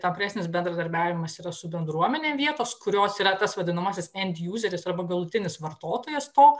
tampresnis bendradarbiavimas yra su bendruomene vietos kurios yra tas vadinamasis endjuzeris arba galutinis vartotojas to